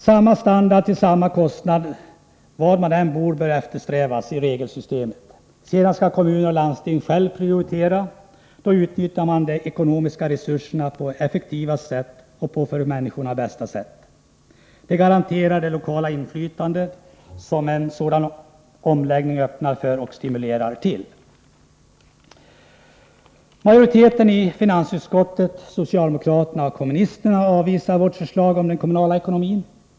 Samma standard till samma kostnader var man än bor bör eftersträvas i regelsystemet. Sedan skall kommuner och landsting själva prioritera. På så sätt uttnyttjar man de ekonomiska resurserna på det effektivaste och för människorna bästa sättet. Det garanterar det lokala inflytandet, som en sådan omläggning öppnar för och stimulerar till. Majoriteten i finansutskottet, socialdemokraterna och kommunisterna, avvisar vårt förslag om den kommunala ekonomin.